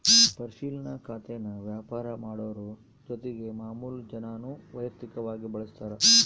ಪರಿಶಿಲನಾ ಖಾತೇನಾ ವ್ಯಾಪಾರ ಮಾಡೋರು ಜೊತಿಗೆ ಮಾಮುಲು ಜನಾನೂ ವೈಯಕ್ತಕವಾಗಿ ಬಳುಸ್ತಾರ